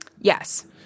Yes